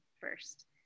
first